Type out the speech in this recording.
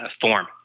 form